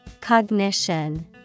Cognition